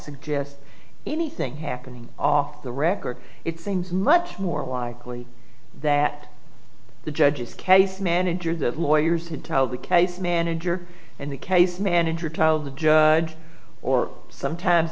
suggests anything happening off the record it seems much more widely that the judges case managers the lawyers to tell the case manager and the case manager tells the judge or sometimes